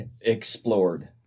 explored